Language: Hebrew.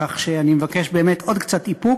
כך שאני מבקש באמת עוד קצת איפוק,